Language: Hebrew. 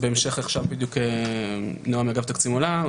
דיברנו על הקושי הזה כבר בוועדה הקודמת.